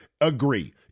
agree